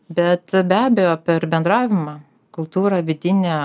bet be abejo per bendravimą kultūrą vidinę